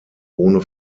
ohne